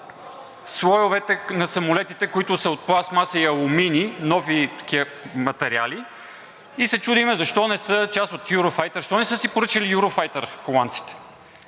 слоевете на самолетите, които са от пластмаса и алуминий – нови такива материали, и се чудим защо не са част от Eurofighter. Защо не са си поръчали Eurofighter холандците?